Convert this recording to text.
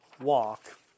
Walk